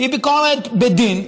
היא ביקורת בדין.